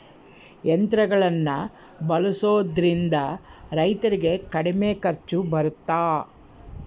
ಯಂತ್ರಗಳನ್ನ ಬಳಸೊದ್ರಿಂದ ರೈತರಿಗೆ ಕಡಿಮೆ ಖರ್ಚು ಬರುತ್ತಾ?